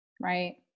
right